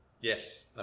Yes